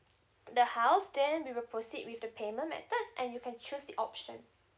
the house then we will proceed with the payment methods and you can choose the option